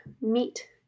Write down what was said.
meat